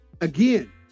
Again